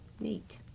Neat